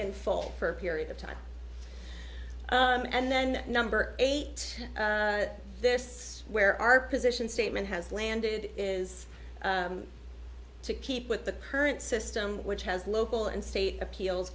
in full for a period of time and then number eight this where our position statement has landed is to keep with the current system which has local and state appeals